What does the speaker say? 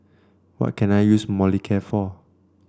what can I use Molicare for